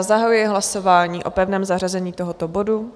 Zahajuji hlasování o pevném zařazení tohoto bodu.